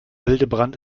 hildebrand